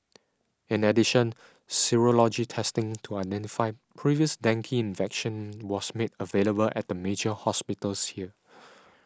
in addition serology testing to identify previous dengue infection was made available at the major hospitals here